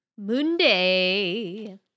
Moonday